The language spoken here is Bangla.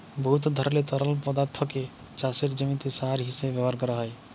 বহুত ধরলের তরল পদাথ্থকে চাষের জমিতে সার হিঁসাবে ব্যাভার ক্যরা যায়